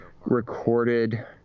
recorded